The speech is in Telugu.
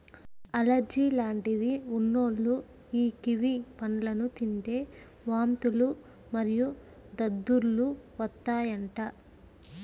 అలెర్జీ లాంటివి ఉన్నోల్లు యీ కివి పండ్లను తింటే వాంతులు మరియు దద్దుర్లు వత్తాయంట